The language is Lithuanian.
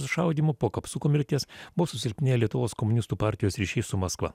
sušaudymo po kapsuko mirties buvo susilpnėję lietuvos komunistų partijos ryšiai su maskva